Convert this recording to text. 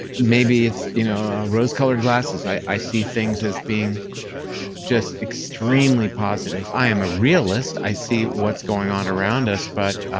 maybe it's you know rose-colored glasses, i i see things as being just extremely positive. i am a realist, i see what's going on around us, but